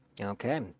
Okay